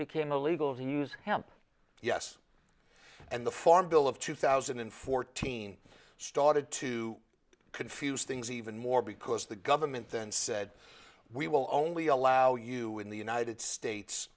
became illegal to use them yes and the farm bill of two thousand and fourteen started to confuse things even more because the government then said we will only allow you in the united states